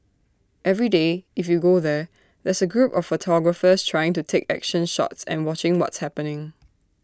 every day if you go there there's A group of photographers trying to take action shots and watching what's happening